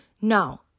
No